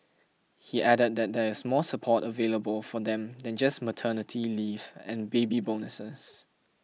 he added that there is more support available for them than just maternity leave and baby bonuses